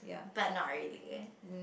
but not really